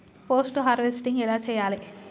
Post harvesting ఎలా చెయ్యాలే?